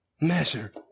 measure